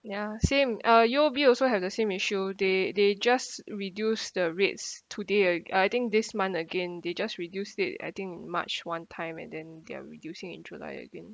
ya same uh U_O_B also have the same issue they they just reduced the rates today uh a~ I think this month again they just reduced it I think march one time and then they're reducing it in july again